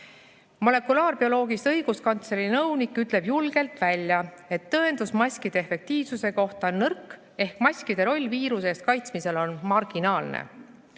Molekulaarbioloogist õiguskantsleri nõunik ütleb julgelt välja, et tõendus maskide efektiivsuse kohta on nõrk ehk maskide roll viiruse eest kaitsmisel on marginaalne. Ei